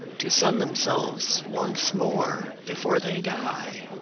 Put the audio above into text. to sun themselves once more before they die.